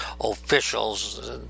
officials